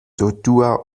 dodua